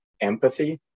empathy